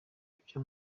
ibyo